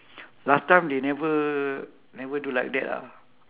last time they never never do like that ah